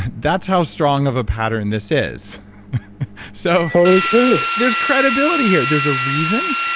that's how strong of a pattern this is so totally true there's credibility here. there's a reason.